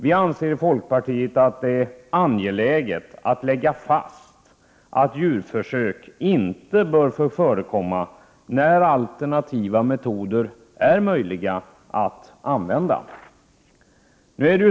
Vi i folkpartiet anser att det är angeläget att lägga fast att djurförsök inte bör få förekomma när alternativa metoder är möjliga att använda.